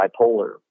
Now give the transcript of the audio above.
bipolar